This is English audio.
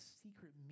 secret